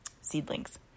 Seedlings